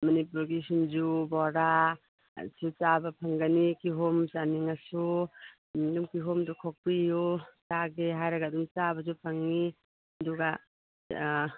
ꯃꯅꯤꯄꯨꯔꯒꯤ ꯁꯤꯡꯖꯨ ꯕꯣꯔꯥ ꯑꯁꯤ ꯆꯥꯕ ꯐꯪꯒꯅꯤ ꯀꯤꯍꯣꯝ ꯆꯥꯅꯤꯡꯉꯁꯨ ꯀꯤꯍꯣꯝꯗꯨ ꯈꯣꯛꯄꯤꯌꯨ ꯆꯥꯒꯦ ꯍꯥꯏꯔꯒ ꯑꯗꯨꯝ ꯆꯥꯕꯁꯨ ꯐꯪꯏ ꯑꯗꯨꯒ